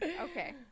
Okay